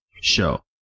show